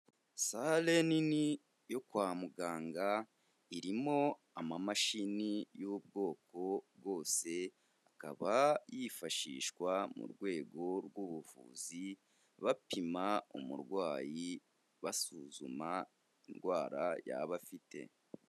Sale nini yo kwa muganga irimo amamashini y'ubwoko bwose, akaba yifashishwa mu rwego rw'ubuvuzi, bapima umurwayi, basuzuma indwara yaba afite.